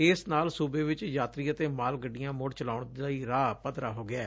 ਇਸ ਨਾਲ ਸੁਬੇ ਵਿਚ ਯਾਤਰੀ ਅਤੇ ਮਾਲ ਗੱਡੀਆਂ ਮੁੜ ਚਲਾਉਣ ਲਈ ਰਾਹ ਪੱਧਰਾ ਹੋ ਗਿਐ